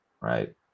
right